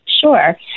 Sure